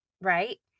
right